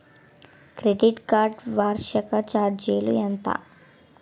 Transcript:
Credit card వార్షిక ఛార్జీలు ఎంత?